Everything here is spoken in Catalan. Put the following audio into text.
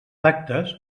actes